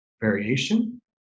variation